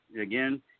again